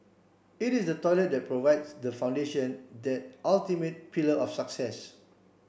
it is the toilet that provides the foundation that ultimate pillar of success